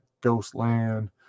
Ghostland